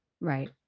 right